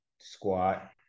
squat